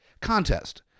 contest